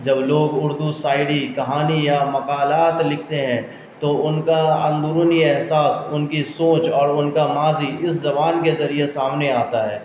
جب لوگ اردو شاعری کہانی یا مقالات لکھتے ہیں تو ان کا اندورنی احساس ان کی سوچ اور ان کا ماضی اس زبان کے ذریعے سامنے آتا ہے